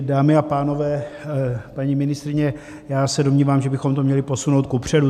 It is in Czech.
Dámy a pánové, paní ministryně, já se domnívám, že bychom to měli posunout kupředu.